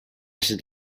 should